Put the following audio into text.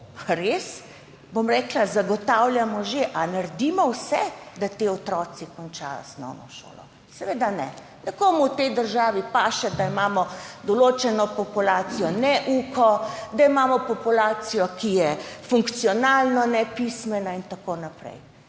jim to res že zagotavljamo? Ali naredimo vse, da ti otroci končajo osnovno šolo? Seveda ne. Nekomu v tej državi paše, da imamo določeno populacijo neuko, da imamo populacijo, ki je funkcionalno nepismena in tako naprej.